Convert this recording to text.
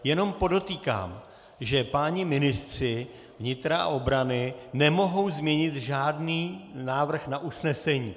Jenom podotýkám, že páni ministři vnitra a obrany nemohou změnit žádný návrh na usnesení.